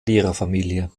lehrerfamilie